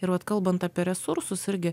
ir vat kalbant apie resursus irgi